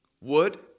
Wood